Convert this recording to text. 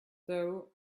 though